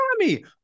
Tommy